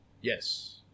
Yes